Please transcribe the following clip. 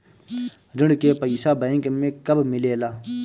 ऋण के पइसा बैंक मे कब मिले ला?